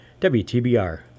WTBR